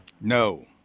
No